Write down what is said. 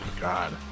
God